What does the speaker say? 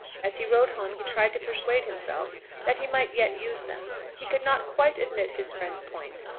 as he rode home he tried to persuade himself that he might yet use them. he could not quite admit his friend's point.